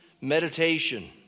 meditation